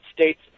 States